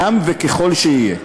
ככל שיהיה.